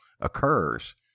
occurs